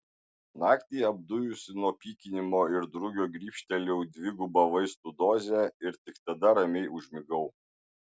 naktį apdujusi nuo pykinimo ir drugio grybštelėjau dvigubą vaistų dozę ir tik tada ramiai užmigau